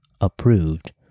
approved